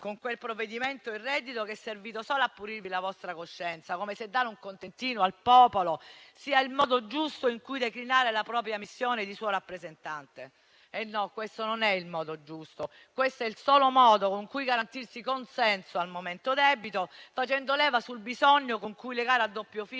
con il reddito di cittadinanza che è servito solo a pulirvi la vostra coscienza, come se dare un contentino al popolo sia il modo giusto in cui declinare la propria missione di suo rappresentante. No, questo non è il modo giusto. Questo è il solo modo con cui garantirsi consenso al momento debito, facendo leva sul bisogno con cui legare al doppio filo